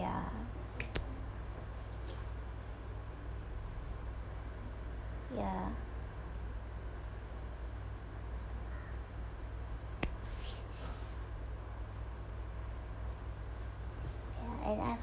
ya ya ya end up